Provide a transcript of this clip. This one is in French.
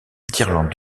d’irlande